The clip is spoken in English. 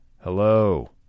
Hello